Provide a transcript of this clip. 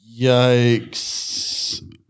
Yikes